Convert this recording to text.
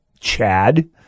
Chad